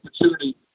opportunity